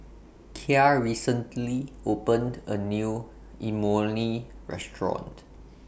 Kya recently opened A New Imoni Restaurant